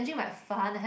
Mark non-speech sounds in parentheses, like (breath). (breath)